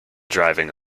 driving